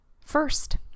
first